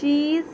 cheese